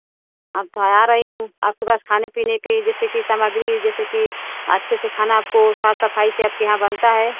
अच्छा आ रही हूँ आपके पास खाने पीने की जैसे की सामग्री जैसे की अच्छे से खाना आपको साफ़ सफ़ाई से आपके यहाँ बनता है